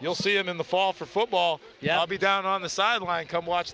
you'll see him in the fall for football yeah i'll be down on the sideline come watch